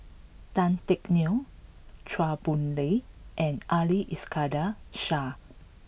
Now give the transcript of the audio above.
Tan Teck Neo Chua Boon Lay and Ali Iskandar Shah